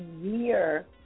year